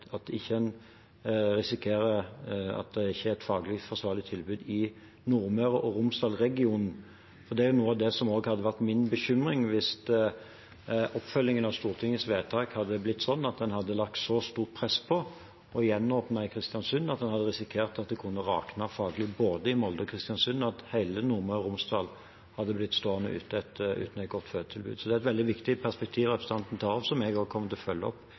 et faglig forsvarlig tilbud i Nordmøre- og Romsdal-regionen. Det er noe av det som hadde vært min bekymring hvis oppfølgingen av Stortingets vedtak hadde ført til at man la et så stort press på å gjenåpne i Kristiansund, at man hadde risikert at det kunne rakne faglig i både Molde og Kristiansund, at hele Nordmøre og Romsdal hadde blitt stående uten et godt fødetilbud. Det er et veldig viktig perspektiv representanten tar opp, som jeg kommer til å følge opp